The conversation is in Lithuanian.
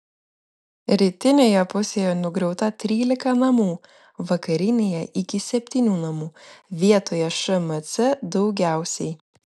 rytinėje pusėje nugriauta trylika namų vakarinėje iki septynių namų vietoje šmc daugiausiai